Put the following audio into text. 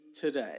today